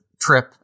Trip